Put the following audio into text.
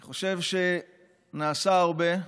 אני חושב שנעשה הרבה,